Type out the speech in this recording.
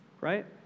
right